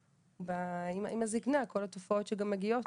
עם הזקנה כל התופעות שגם מגיעות,